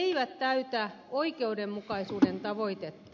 ne eivät täytä oikeudenmukaisuuden tavoitetta